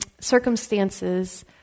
circumstances